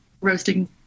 roasting